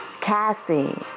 Cassie